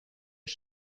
est